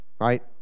right